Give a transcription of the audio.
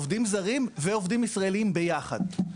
עובדים זרים ועובדים ישראלים ביחד.